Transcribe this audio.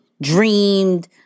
dreamed